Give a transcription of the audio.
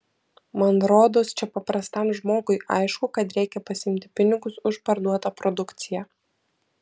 man rodos čia paprastam žmogui aišku kad reikia pasiimti pinigus už parduotą produkciją